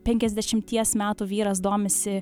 penkiasdešimties metų vyras domisi